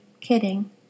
kidding